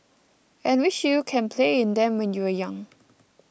and wish you can play in them when you were young